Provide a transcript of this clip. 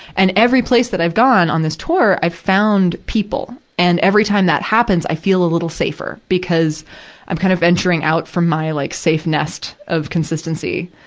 and every place that i've gone on this tour, i've found people, and every time that happens, i feel a little safer because i'm kind of venturing out from my, like, safe nest of consistency.